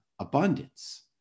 abundance